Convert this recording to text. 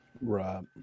Right